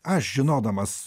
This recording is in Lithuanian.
aš žinodamas